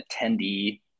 attendee